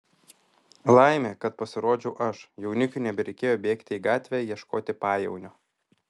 laimė kad pasirodžiau aš jaunikiui nebereikėjo bėgti į gatvę ieškoti pajaunio